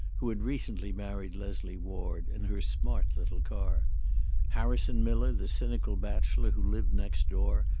who had recently married leslie ward, in her smart little car harrison miller, the cynical bachelor who lived next door,